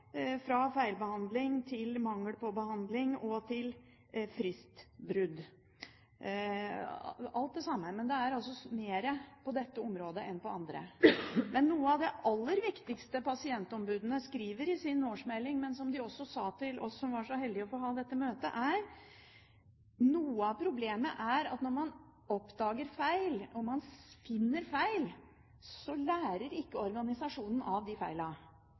fra feilbehandling til mangel på behandling og fristbrudd – alt sammen, men det er altså mer på dette området enn på andre. Noe av det aller viktigste pasientombudene skriver i sin årsmelding, og som de også sa til oss som var så heldige å få ha dette møtet, er at noe av problemet er at når man oppdager feil,